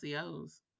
COs